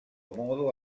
modo